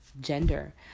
gender